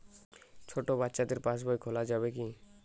ছোট বাচ্চাদের পাশবই খোলা যাবে কি?